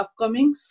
upcomings